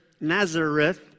Nazareth